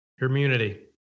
immunity